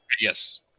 Yes